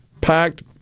packed